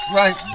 right